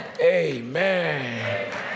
Amen